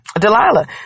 Delilah